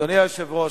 אדוני היושב-ראש,